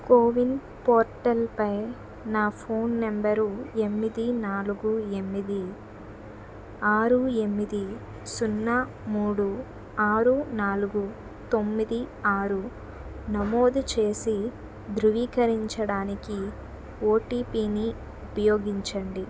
CoWIN portal పై నా phone number ఎనిమిది నాలుగు ఎనిమిది ఆరు ఎనిమిది సున్నా మూడు ఆరు నాలుగు తొమ్మిది ఆరు నమోదు చేసి ధృవీకరరించడానికి ఓటీపీని ఉపయోగించండి